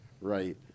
right